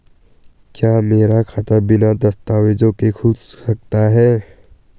क्या मेरा खाता बिना दस्तावेज़ों के खुल सकता है?